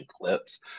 clips